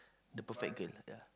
the perfect girl ya